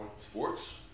sports